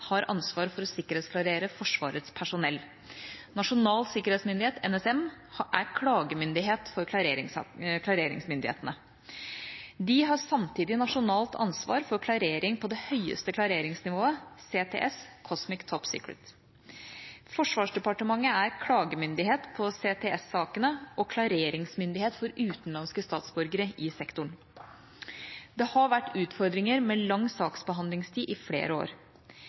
har ansvar for å sikkerhetsklarere Forsvarets personell. Nasjonal sikkerhetsmyndighet, NSM, er klagemyndighet for klareringsmyndighetene. De har samtidig nasjonalt ansvar for klarering på det høyeste klareringsnivå, Cosmic Top Secret – CTS. Forsvarsdepartementet er klagemyndighet på CTS-sakene og klareringsmyndighet for utenlandske statsborgere i sektoren. Det har vært utfordringer med lang saksbehandlingstid i flere år.